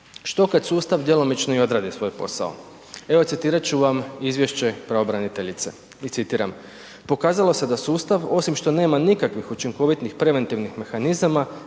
što kad sustav djelomično i odradi svoj posao? Evo citirati ću vam izvješće pravobraniteljice. I citiram: „Pokazalo se da sustav osim što nema nikakvih učinkovitih preventivnih mehanizama